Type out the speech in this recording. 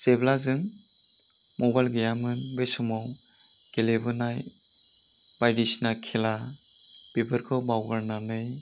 जेब्ला जों मबाइल गैयामोन बे समाव गेलेबोनाय बाइदिसिना खेला बिफोरखौ बावगारनानै